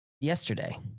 yesterday